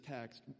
text